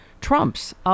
Trump's